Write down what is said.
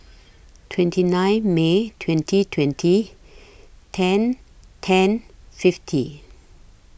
twenty nine May twenty twenty ten ten fifty